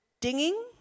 dinging